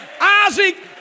Isaac